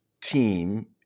team